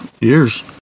Years